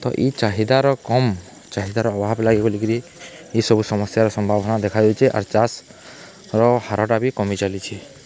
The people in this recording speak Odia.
ତ ଇ ଚାହିଦାର କମ୍ ଚାହିଦାର ଅଭାବ୍ ଲାଗି ବୋଲିକରି ଇସବୁ ସମସ୍ୟାର ସମ୍ଭାବନା ଦେଖାଯାଉଚି ଆର୍ ଚାଷ୍ର ହାରଟା ବି କମି ଚାଲିଛେ